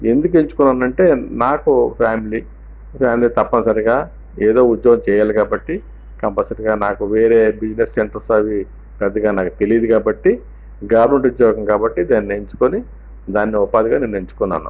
ఎందుకు ఎంచుకున్నాను అంటే నాకు ఫ్యామిలీ ఫ్యామిలీ తప్పని సరిగా ఏదో ఉద్యోగం చేయాలి కాబట్టి కంపల్సరిగా నాకు వేరే బిజినెస్ సెంటర్స్ అవి పెద్దగా నాకు తెలియదు కాబట్టి గవర్నమెంట్ ఉద్యోగం కాబట్టి దాన్ని ఎంచుకొని దాన్ని ఉపాధిగా నేను ఎంచుకున్నాను